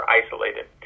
isolated